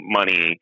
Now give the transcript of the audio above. money